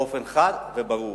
באופן חד וברור.